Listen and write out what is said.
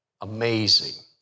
amazing